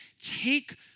take